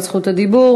מוותר על זכות הדיבור.